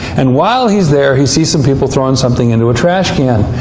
and while he's there, he sees some people throwing something into a trash can,